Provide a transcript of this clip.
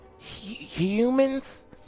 humans